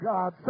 God